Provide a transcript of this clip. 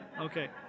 Okay